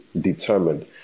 determined